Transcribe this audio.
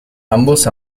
ambos